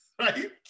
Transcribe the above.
Right